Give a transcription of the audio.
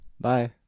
Bye